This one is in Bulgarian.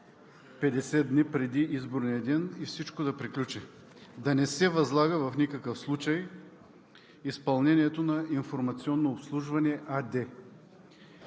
„50 дни преди изборния ден“ и всичко да приключи, да не се възлага в никакъв случай изпълнението на „Информационно обслужване“ АД.